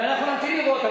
אבל אנחנו נמתין לראות.